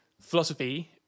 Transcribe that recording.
philosophy